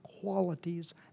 qualities